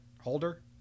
holder